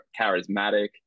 charismatic